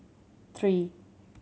three